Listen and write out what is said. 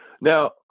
Now